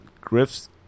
Griff's